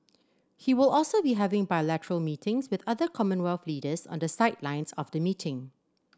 he will also be having bilateral meetings with other Commonwealth leaders on the sidelines of the meeting